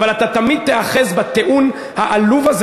אבל אתה תמיד תיאחז בטיעון העלוב הזה